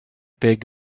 big